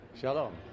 Shalom